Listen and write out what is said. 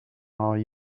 are